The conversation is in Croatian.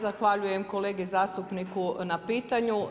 Zahvaljujem kolegi zastupniku na pitanju.